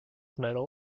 medal